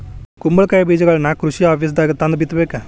ಕುಂಬಳಕಾಯಿ ಬೇಜಗಳನ್ನಾ ಕೃಷಿ ಆಪೇಸ್ದಾಗ ತಂದ ಬಿತ್ತಬೇಕ